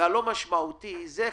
והלא משמעותי זה חרפה.